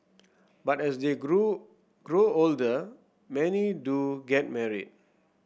but as they grow grow older many do get married